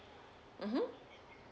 mmhmm